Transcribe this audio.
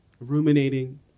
ruminating